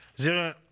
zero